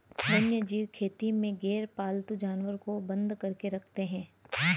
वन्यजीव खेती में गैरपालतू जानवर को बंद करके रखते हैं